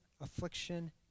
affliction